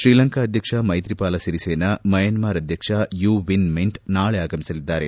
ತ್ರೀಲಂಕಾ ಅಧ್ಯಕ್ಷ ಮ್ನೆತ್ರಿಪಾಲ ಸಿರಿಸೇನಾ ಮ್ಲಾನ್ತಾರ್ ಅಧ್ಯಕ್ಷ ಯು ವಿನ್ ಮಿಂಟ್ ನಾಳೆ ಆಗಮಿಸಲಿದ್ದಾರೆ